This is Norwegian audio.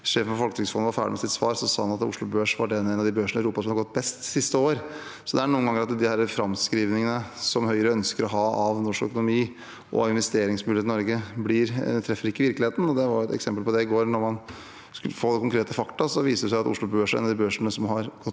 sjefen for Folketrygdfondet var ferdig med sitt svar, sa han at Oslo Børs var en av de børsene i Europa som har gått best siste år. Det er noen ganger at disse framskrivningene som Høyre ønsker å ha av norsk økonomi og av investeringsmulighetene i Norge, ikke treffer virkeligheten, og det i går var et eksempel på det. Når man får konkrete fakta, viser det seg at Oslo Børs er en av de børsene som har gått